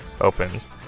opens